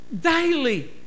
daily